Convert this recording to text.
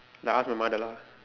then ask my mother lah